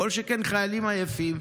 כל שכן חיילים עייפים,